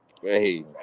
Hey